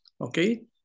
Okay